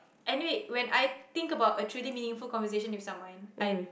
anyway when I think about a truly meaningful conversation with someone I